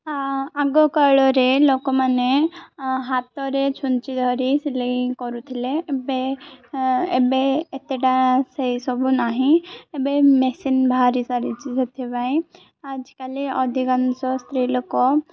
ଆଗକାଳରେ ଲୋକମାନେ ହାତରେ ଛୁଞ୍ଚି ଧରି ସିଲେଇ କରୁଥିଲେ ଏବେ ଏବେ ଏତେଟା ସେଇସବୁ ନାହିଁ ଏବେ ମେସିନ୍ ବାହାରି ସାରିଛି ସେଥିପାଇଁ ଆଜିକାଲି ଅଧିକାଂଶ ସ୍ତ୍ରୀ ଲୋକ